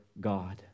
God